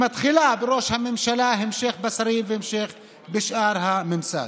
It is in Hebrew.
שמתחילות בראש הממשלה, ממשיכות בשרים ובשאר הממסד.